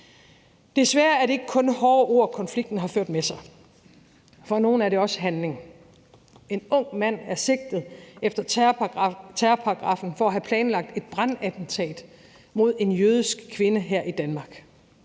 Desværre er det ikke kun hårde ord, konflikten har ført med sig. For nogle er det også handling. En ung mand er sigtet efter terrorparagraffen for at have planlagt et brandattentat mod en jødisk kvinde her i Danmark.